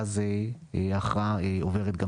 ואז ההכרעה עוברת גם